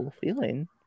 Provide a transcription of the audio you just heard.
feeling